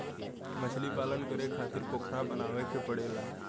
मछलीपालन करे खातिर पोखरा बनावे के पड़ेला